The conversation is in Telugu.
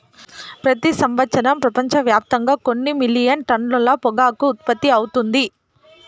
ప్రతి సంవత్సరం ప్రపంచవ్యాప్తంగా కొన్ని మిలియన్ టన్నుల పొగాకు ఉత్పత్తి అవుతుంది